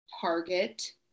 target